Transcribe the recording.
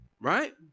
Right